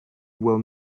well